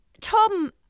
Tom